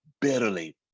bitterly